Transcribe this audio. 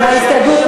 שיקום וטיפול